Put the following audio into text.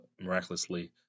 miraculously